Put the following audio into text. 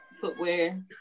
Footwear